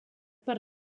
per